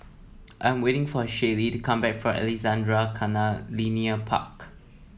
I'm waiting for a Shaylee to come back from Alexandra Canal Linear Park